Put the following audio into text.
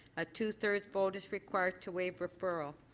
a two-thirds vote is required to waive referral.